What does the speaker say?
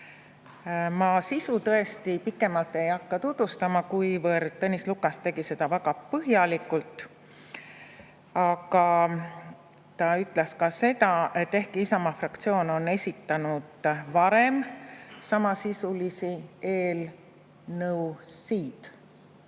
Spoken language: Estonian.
sisu tõesti pikemalt ei hakka tutvustama, kuivõrd Tõnis Lukas tegi seda väga põhjalikult. Aga ta ütles ka seda, et ehkki Isamaa fraktsioon on esitanud varem samasisulisi eelnõusid,